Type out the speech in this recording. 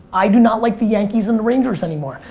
i do not like the yankees and the rangers anymore.